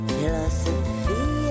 Philosophy